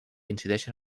incideixen